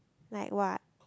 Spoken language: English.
like what